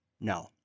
No